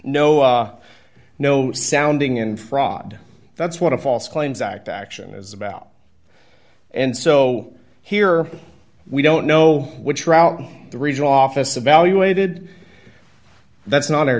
no no sounding in fraud that's what a false claims act action is about and so here we don't know which route the regional office about you waited that's not our